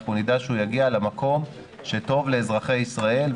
ואנחנו נדע שהוא יגיע למקום שטוב לאזרחי ישראל,